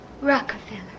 Rockefeller